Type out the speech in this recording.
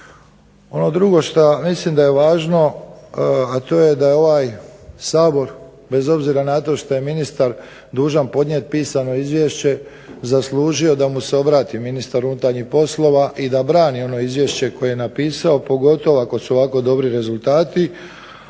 Ono drugo što mislim da je važno, a to je da je ovaj Sabor bez obzira na to što je ministar dužan podnijet pisano izvješće zaslužio da mu se obrati ministar unutarnjih poslova i da brani ono izvješće koje je napisao pogotovo ako su ovako dobri rezultati,